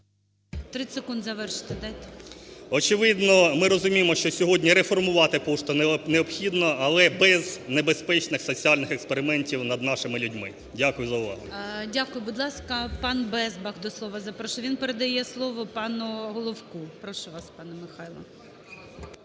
30 секунд завершити дайте. КОДОЛА О.М. Очевидно, ми розуміємо, що сьогодні реформувати пошту необхідно, але без небезпечних соціальних експериментів над нашими людьми. Дякую за увагу. ГОЛОВУЮЧИЙ. Дякую. Будь ласка, пан Безбах до слова запрошується. Він передає слово пану Головку. Прошу вас, пане Михайле.